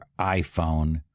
iPhone